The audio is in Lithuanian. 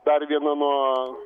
dar viena nuo